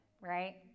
right